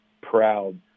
proud